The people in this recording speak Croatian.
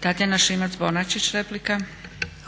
**Šimac Bonačić, Tatjana (SDP)**